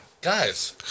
Guys